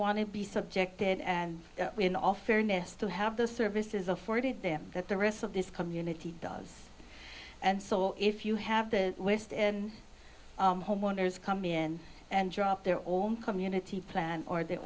want to be subjected and when off air ness to have the services afforded them that the rest of this community does and so if you have the west and homeowners come in and drop their own community plan or the